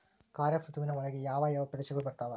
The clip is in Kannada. ಖಾರೇಫ್ ಋತುವಿನ ಒಳಗೆ ಯಾವ ಯಾವ ಪ್ರದೇಶಗಳು ಬರ್ತಾವ?